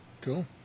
Cool